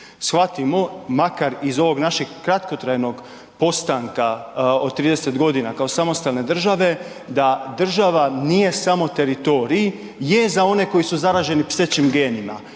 Shvatimo makar iz ovog našeg kratkotrajnog postanka od 30 godina kao samostalne države da država nije samo teritorij, je za one koji su zaraženi psećim genima